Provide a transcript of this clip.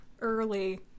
early